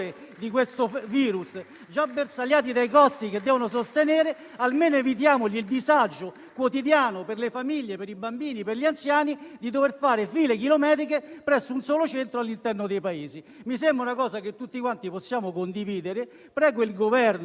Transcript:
del virus e dai costi da sostenere, almeno evitiamo il disagio quotidiano - alle famiglie, ai bambini e agli anziani - di dover fare file chilometriche presso un solo centro all'interno dei paesi. Mi sembra una misura che tutti possiamo condividere. Prego il Governo,